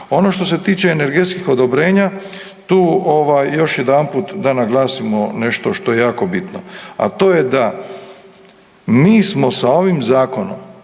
Ono što se tiče energetskih odobrenja tu još jedanput da naglasimo nešto što je jako bitno, a to je da mi smo sa ovim zakonom